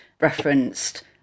referenced